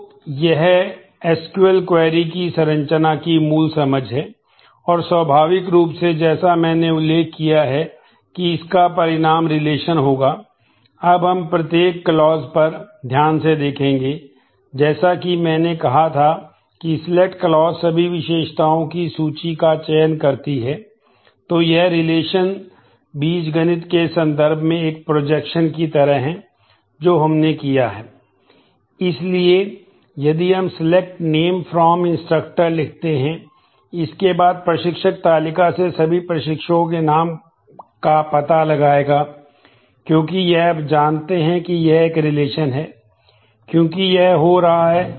तो यह एसक्यूएल में हम कह रहे हैं कि हम जिस विशेषता का चयन करना चाहते हैं वह विशेषता का नाम है